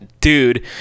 dude